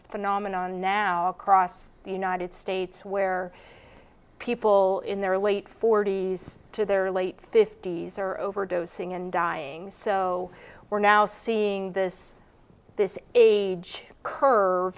phenomenon now across the united states where people in their late forty's to their late fifty's are overdosing and dying so we're now seeing this this age curve